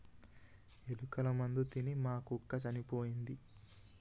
ఎలుకల మందు తిని మా కుక్క చనిపోయింది